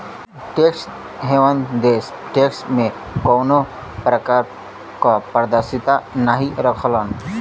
tax haven देश tax में कउनो प्रकार क पारदर्शिता नाहीं रखलन